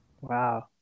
Wow